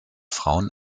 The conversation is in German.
frauen